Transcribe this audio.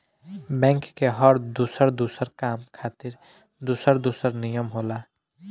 bank के हर दुसर दुसर काम खातिर दुसर दुसर नियम होला